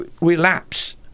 relapse